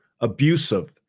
abusive